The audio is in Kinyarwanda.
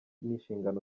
n’inshingano